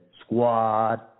Squad